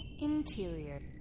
Interior